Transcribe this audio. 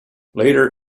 later